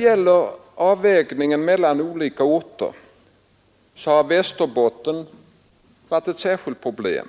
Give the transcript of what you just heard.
Vid avvägningen mellan olika orter har Västerbottens län varit ett särskilt problem.